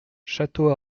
château